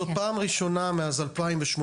זאת פעם ראשונה מאז 2018,